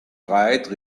bright